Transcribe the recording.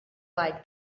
like